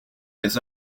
his